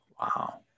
Wow